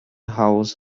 haus